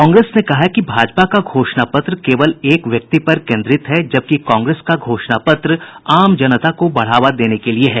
कांग्रेस ने कहा है कि भाजपा का घोषणापत्र केवल एक व्यक्ति पर केन्द्रित है जबकि कांग्रेस का घोषणापत्र आम जनता को बढ़ावा देने के लिए है